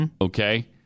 Okay